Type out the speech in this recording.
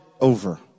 over